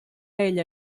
ella